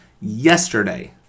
yesterday